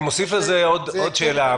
אני מוסיף לזה עוד שאלה.